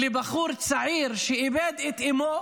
שלבחור צעיר, שאיבד את אימו